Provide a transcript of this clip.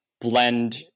blend